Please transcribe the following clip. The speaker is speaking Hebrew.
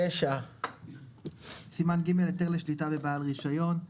סעיף 9. סימן ג' היתר לבעל רישיון.